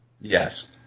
Yes